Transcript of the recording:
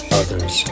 others